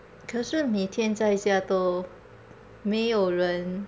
可是你每天在家都没有人